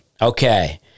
okay